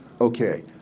Okay